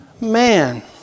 man